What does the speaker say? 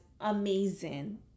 amazing